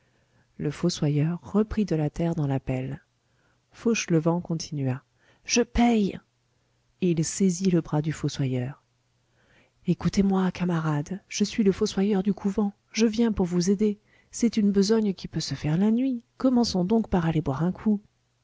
le fossoyeur reprit de la terre dans la pelle fauchelevent continua je paye et il saisit le bras du fossoyeur écoutez-moi camarade je suis le fossoyeur du couvent je viens pour vous aider c'est une besogne qui peut se faire la nuit commençons donc par aller boire un coup